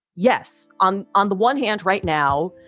yes. on on the one hand, right now,